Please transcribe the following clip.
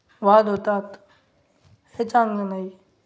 वाद होतात हे चांगलं नाही